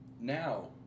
Now